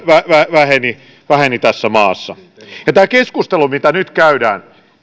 väheni väheni tässä maassa tämä keskustelu mitä nyt käydään